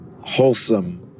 wholesome